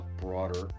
broader